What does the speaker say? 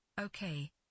Okay